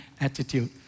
Attitude